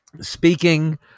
speaking